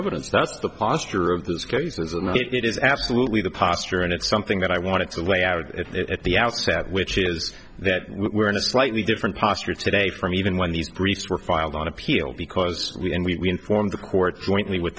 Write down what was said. evidence that's the posture of those cases and it is absolutely the posture and it's something that i wanted to lay out at the outset which is that we're in a slightly different posture today from even when these priests were filed on appeal because we and we informed the court jointly with